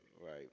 Right